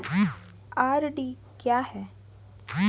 RD क्या है?